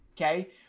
okay